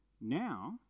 now